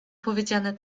powiedziane